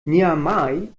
niamey